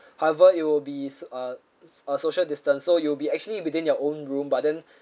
however it would be uh uh social distance so you'll be actually between your own room but then